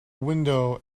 window